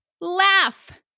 Laugh